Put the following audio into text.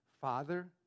Father